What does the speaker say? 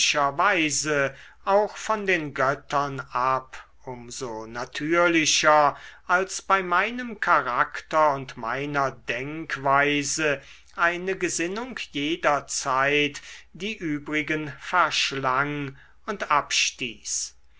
weise auch von den göttern ab um so natürlicher als bei meinem charakter und meiner denkweise eine gesinnung jederzeit die übrigen verschlang und abstieß